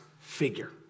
figure